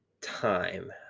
time